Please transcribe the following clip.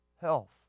Health